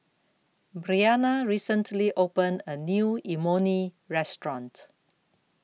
Briana recently opened A New Imoni Restaurant